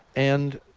and